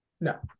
no